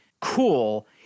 cool